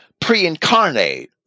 pre-incarnate